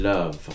Love